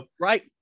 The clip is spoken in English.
right